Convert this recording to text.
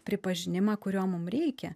pripažinimą kurio mum reikia